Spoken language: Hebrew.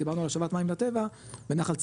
דיברנו על השבת מים לטבע בנחל צלמון,